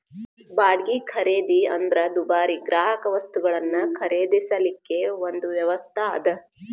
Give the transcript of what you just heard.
ಬಾಡ್ಗಿ ಖರೇದಿ ಅಂದ್ರ ದುಬಾರಿ ಗ್ರಾಹಕವಸ್ತುಗಳನ್ನ ಖರೇದಿಸಲಿಕ್ಕೆ ಒಂದು ವ್ಯವಸ್ಥಾ ಅದ